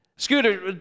Scooter